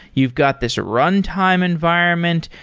you've got this runtime environment.